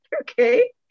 Okay